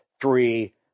three